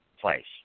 place